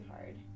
hard